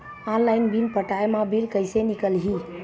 Online bill पटाय मा bill कइसे निकलही?